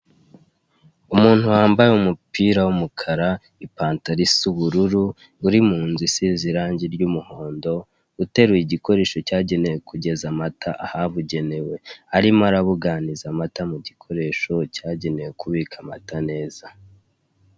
Umuntu wambaye umupira w'umukara ipantalo isa ubururu uri mu nzu isize irange ry'umuhondo uteruye igikoresho cyagenewe kugeza amata ahabugenewe arimo arabuganiza amata mu gikoresho cyagenewe kubika amata neza.